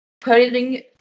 putting